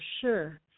sure